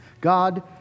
God